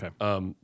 Okay